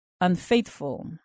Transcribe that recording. unfaithful